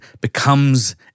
becomes